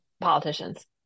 politicians